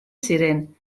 ziren